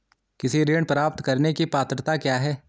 कृषि ऋण प्राप्त करने की पात्रता क्या है?